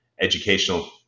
educational